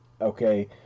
Okay